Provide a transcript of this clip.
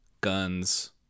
guns